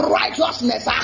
righteousness